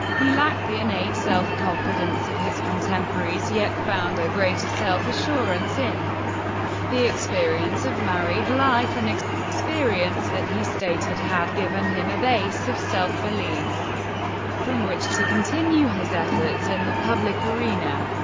he lacked the innate self-confidence of his contemporaries yet found a greater self-assurance in the experience of married life, and an experience that he stated had given him a base of self-belief from which to continue his efforts in the public arena.